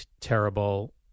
terrible